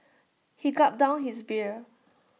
he gulped down his beer